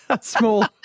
small